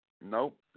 Nope